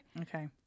okay